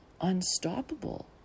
unstoppable